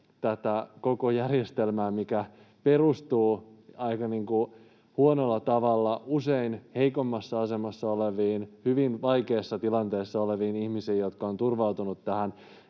tätä koko järjestelmää, mikä perustuu aika huonolla tavalla usein heikommassa asemassa oleviin, hyvin vaikeassa tilanteessa oleviin ihmisiin, jotka ovat turvautuneet tähän.